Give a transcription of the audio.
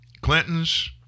Clintons